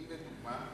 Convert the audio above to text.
מי לדוגמה?